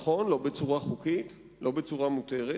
נכון, לא בצורה חוקית, לא בצורה מותרת,